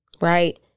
Right